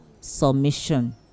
submission